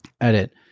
Edit